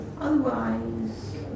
Otherwise